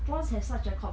prawns have such a com~